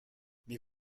mais